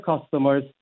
customers